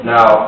Now